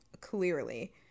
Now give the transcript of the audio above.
Clearly